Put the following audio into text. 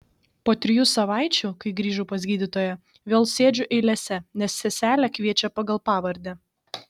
po trijų savaičių kai grįžau pas gydytoją vėl sėdžiu eilėse nes seselė kviečia pagal pavardę